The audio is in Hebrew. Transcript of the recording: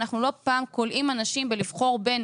אנחנו לא פעם כולאים אנשים בלבחור בין